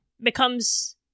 becomes